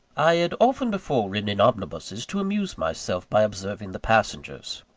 i had often before ridden in omnibuses to amuse myself by observing the passengers.